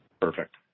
Perfect